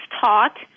taught